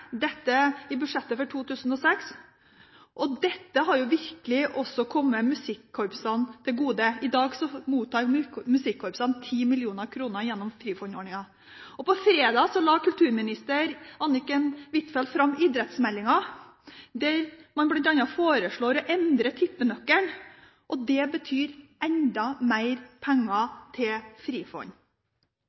Dette har virkelig også kommet musikkorpsene til gode. I dag mottar musikkorpsene 10 mill. kr gjennom Frifond-ordningen. På fredag la kulturminister Anniken Huitfeldt fram idrettsmeldingen, der man bl.a. foreslår å endre tippenøkkelen, og det betyr enda mer penger til Frifond.